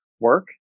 work